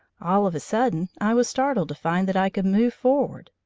all of a sudden i was startled to find that i could move forward.